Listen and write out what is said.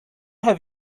have